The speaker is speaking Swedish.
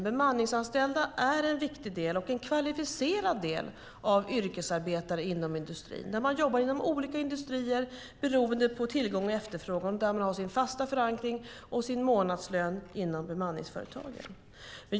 De bemanningsanställda är en viktig och kvalificerad del av yrkesarbetarna inom industrin. De jobbar inom olika industrier beroende på tillgång och efterfrågan och har sin fasta förankring och sin månadslön inom bemanningsföretagen.